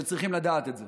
צריכים לדעת את זה: